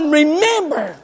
remember